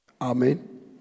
Amen